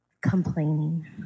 complaining